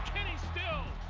kenny stills!